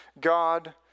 God